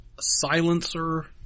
Silencer